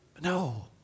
No